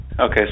Okay